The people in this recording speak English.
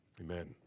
amen